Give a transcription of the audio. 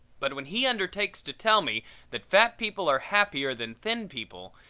but when he undertakes to tell me that fat people are happier than thin people,